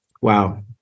Wow